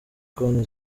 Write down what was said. konti